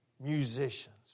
musicians